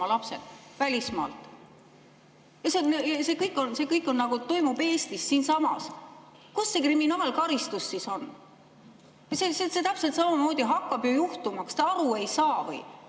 oma lapsed välismaalt. Ja see kõik toimub Eestis, siinsamas! Kus see kriminaalkaristus siis on? Täpselt samamoodi hakkab see ju juhtuma! Kas te aru ei saa või?!